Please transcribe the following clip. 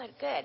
Good